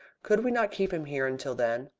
could we not keep him here until then?